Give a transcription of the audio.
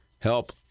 help